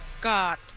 God